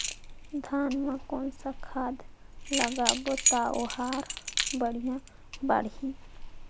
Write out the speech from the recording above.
धान मा कौन खाद लगाबो ता ओहार बेडिया बाणही?